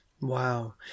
wow